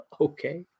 okay